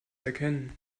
erkennen